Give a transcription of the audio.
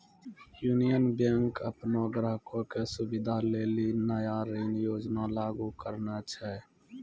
union Bank अपनो ग्राहको के सुविधा लेली नया ऋण योजना लागू करने छै